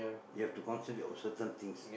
you have to concentrate on certain things